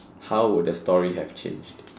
how would the story have changed